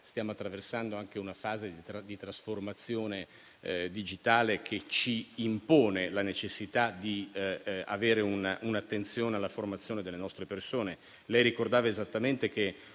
stiamo attraversando anche una fase di trasformazione digitale che ci impone la necessità di avere un'attenzione alla formazione delle nostre persone. Lei ricordava esattamente che